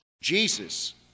Jesus